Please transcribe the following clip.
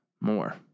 more